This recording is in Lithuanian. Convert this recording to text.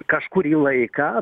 kažkurį laiką